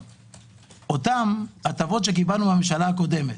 אותן הטבות שקיבלנו מן הממשלה הקודמת,